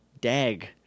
Dag